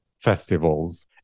festivals